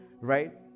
right